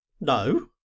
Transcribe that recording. No